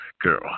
girl